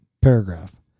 paragraph